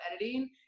editing